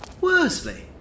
Worsley